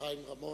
חיים רמון,